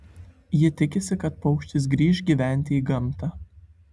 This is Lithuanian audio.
ji tikisi kad paukštis grįš gyventi į gamtą